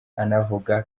anavuga